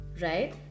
right